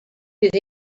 bydd